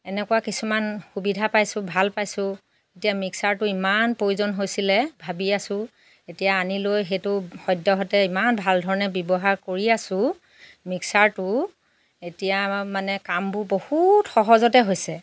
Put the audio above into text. এনেকুৱা কিছুমান সুবিধা পাইছোঁ ভাল পাইছোঁ এতিয়া মিক্সাৰটো ইমান প্ৰয়োজন হৈছিলে ভাবি আছোঁ এতিয়া আনি লৈ সেইটো সদ্যহতে ইমান ভাল ধৰণে ব্যৱহাৰ কৰি আছোঁ মিক্সাৰটো এতিয়া মানে কামবোৰ বহুত সহজতে হৈছে